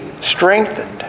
strengthened